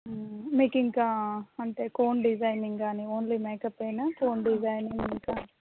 మీకింకా అంటే cone designing గానీ only మేకప్పేనా కోన్ డిజైనింగ్ ఇంకా